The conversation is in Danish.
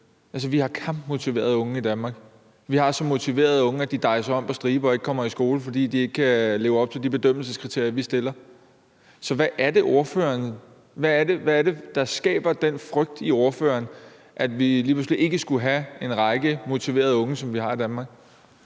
Altså, vi har kampmotiverede unge i Danmark. Vi har så motiverede unge, at de dejser om på stribe og ikke kommer i skole, fordi de ikke kan leve op til de bedømmelseskriterier, vi stiller. Så hvad er det, der skaber den frygt i ordføreren for, at vi lige pludselig ikke skulle have en række motiverede unge, som vi har i Danmark?